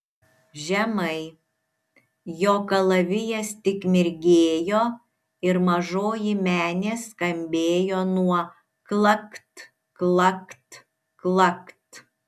žemai jo kalavijas tik mirgėjo ir mažoji menė skambėjo nuo klakt klakt klakt